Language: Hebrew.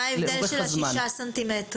מה ההבדל עם 6 סנטימטרים?